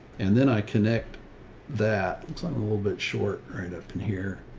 and then i connect that little bit short right up in here.